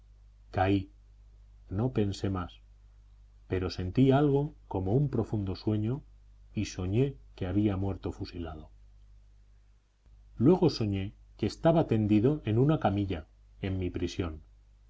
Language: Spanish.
caí no pensé más pero sentí algo como un profundo sueño y soñé que había muerto fusilado vi luego soñé que estaba tendido en una camilla en mi prisión